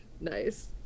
Nice